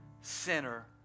sinner